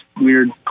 weird